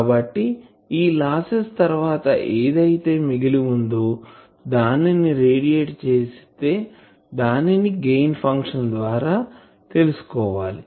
కాబట్టి ఈ లస్సెస్ తర్వాత ఏది అయితే మిగిలి ఉందో దానిని రేడియేట్ చేసే దానిని గెయిన్ ఫంక్షన్ ద్వారా తెలుసుకోవాలి